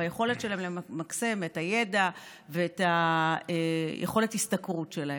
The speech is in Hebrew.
ביכולת שלהם למקסם את הידע ואת יכולת ההשתכרות שלהם.